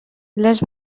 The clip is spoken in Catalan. les